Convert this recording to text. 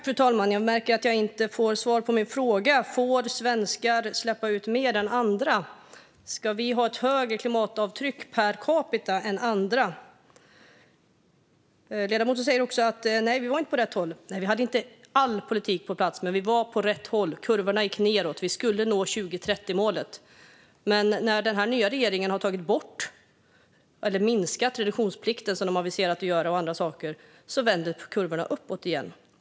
Fru talman! Jag märker att jag inte får svar på mina frågor: Får svenskar släppa ut mer än andra? Ska vi ha ett större klimatavtryck per capita än andra? Ledamoten säger också att vi inte var på väg åt rätt håll. Vi hade inte all politik på plats, men vi var på väg åt rätt håll. Kurvorna gick nedåt, och vi skulle nå 2030-målet. Men när den nya regeringen minskar reduktionsplikten, som de har aviserat att de ska göra, och gör andra saker vänder kurvorna uppåt igen.